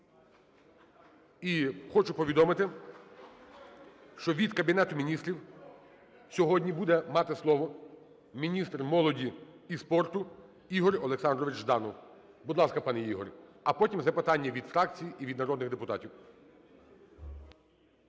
І хочу повідомити, що від Кабінету Міністрів сьогодні буде мати слово міністр молоді і спорту Ігор Олександрович Жданов. Будь ласка, пане Ігор. А потім запитання від фракцій і від народних депутатів.